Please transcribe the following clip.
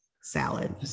Salad